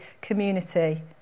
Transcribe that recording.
community